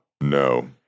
No